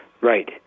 Right